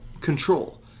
Control